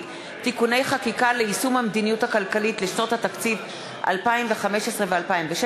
(תיקוני חקיקה ליישום המדיניות הכלכלית לשנות התקציב 2015 ו-2016),